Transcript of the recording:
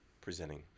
presenting